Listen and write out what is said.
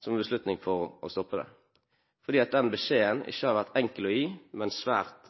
som beslutning for å stoppe det – fordi den beskjeden ikke har vært enkel å gi, men svært